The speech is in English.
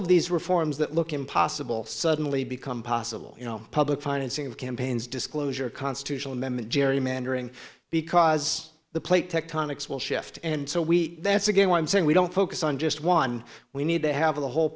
of these reforms that look impossible suddenly become possible you know public financing of campaigns disclosure constitutional amendment gerrymandering because the plate tectonics will shift and so we that's again why i'm saying we don't focus on just one we need to have the whole